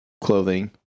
clothing